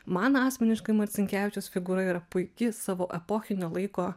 man asmeniškai marcinkevičiaus figūra yra puiki savo epochinio laiko